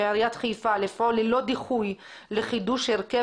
ועיריית חיפה לפעול ללא דיחוי לחידוש הרכב